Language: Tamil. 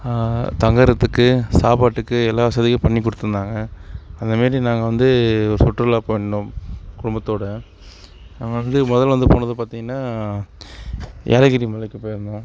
தங்குறத்துக்கு சாப்பாட்டுக்கு எல்லா வசதியும் பண்ணி கொடுத்துருந்தாங்க அந்தமாரி நாங்கள் வந்து சுற்றுலா போனோம் குடும்பத்தோட நாங்கள் வந்து முதல்ல வந்து போனது பார்த்தீங்கன்னா ஏலகிரி மலைக்கு போயிருந்தோம்